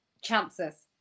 chances